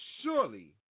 surely